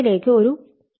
അതിലേക്ക് ഒരു 2